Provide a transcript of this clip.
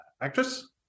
actress